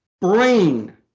brain